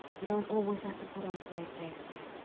you don't always have to put on a brave face, dear.